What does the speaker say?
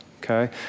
okay